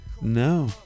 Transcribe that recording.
No